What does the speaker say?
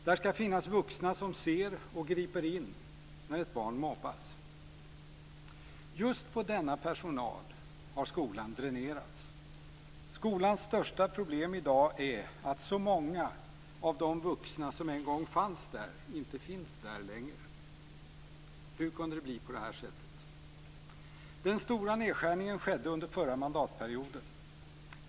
Det skall finnas vuxna som ser och griper in när ett barn mobbas. Just på denna personal har skolan dränerats. Skolans största problem i dag är att så många av de vuxna som en gång fanns där inte finns där längre. Hur kunde det bli på det här sättet? Den stora nedskärningen skedde under förra mandatperioden.